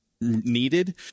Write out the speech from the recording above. needed